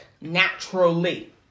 naturally